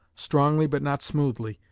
strongly but not smoothly,